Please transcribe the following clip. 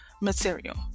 material